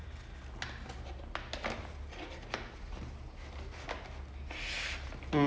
I think is he'll be like taking care of his child as a single father the mother has about a bit or something like that lah